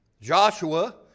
Joshua